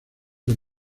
del